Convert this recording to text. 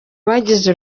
bagize